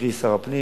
קרי שר הפנים.